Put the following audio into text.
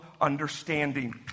understanding